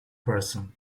person